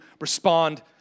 respond